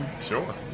Sure